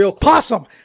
Possum